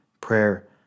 prayer